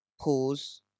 Pause